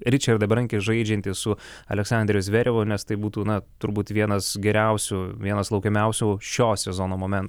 ričardą berankį žaidžiantį su aleksanderiu zverevu nes tai būtų na turbūt vienas geriausių vienas laukiamiausių šio sezono momentų